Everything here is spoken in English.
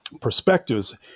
perspectives